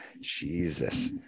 Jesus